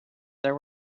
there